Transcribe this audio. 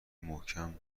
محکم